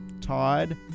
Todd